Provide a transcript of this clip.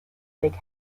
big